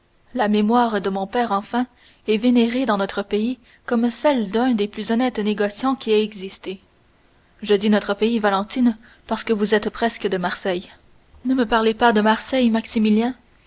la mémoire de mon père enfin est vénérée dans notre pays comme celle d'un des plus honnêtes négociants qui aient existé je dis notre pays valentine parce que vous êtes presque de marseille ne me parlez pas de marseille maximilien